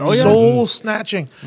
soul-snatching